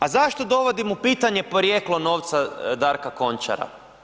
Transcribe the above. A zašto dovodim u pitanje porijeklo novca Danka Končara?